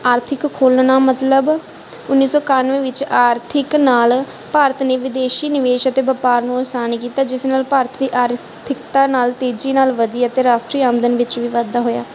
ਆਰਥਿਕ ਖੋਲ੍ਹਣਾ ਨਾਲ ਮਤਲਬ ਉੱਨੀ ਸੌ ਇਕਾਨਵੇਂ ਵਿੱਚ ਆਰਥਿਕ ਨਾਲ ਭਾਰਤ ਨੇ ਵਿਦੇਸ਼ੀ ਨਿਵੇਸ਼ ਅਤੇ ਵਪਾਰ ਨੂੰ ਆਸਾਨ ਕੀਤਾ ਜਿਸ ਨਾਲ ਭਾਰਤ ਦੀ ਆਰਥਿਕਤਾ ਨਾਲ ਤੀਜੀ ਨਾਲ ਵਧੀਆ ਅਤੇ ਰਾਸ਼ਟਰੀ ਆਮਦਨ ਵਿੱਚ ਵੀ ਵਾਧਾ ਹੋਇਆ